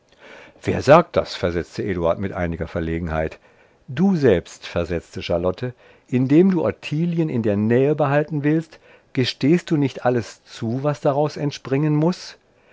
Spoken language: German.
wer sagt das versetzte eduard mit einiger verlegenheit du selbst versetzte charlotte indem du ottilien in der nähe behalten willst gestehst du nicht alles zu was daraus entspringen muß